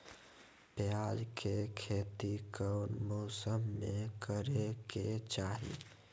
प्याज के खेती कौन मौसम में करे के चाही?